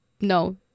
No